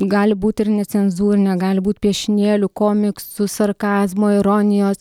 gali būt ir necenzūrinė gali būt piešinėlių komiksų sarkazmo ironijos